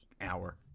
hour